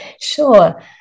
Sure